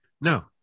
No